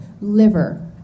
Liver